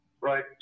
Right